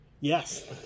Yes